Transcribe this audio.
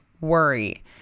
worry